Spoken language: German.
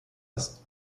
ist